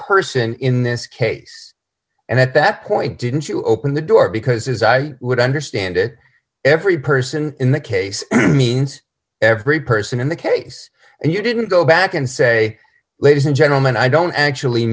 person in this case and at that point didn't you open the door because his eye would understand it every person in the case means every person in the case and you didn't go back and say ladies and gentlemen i don't actually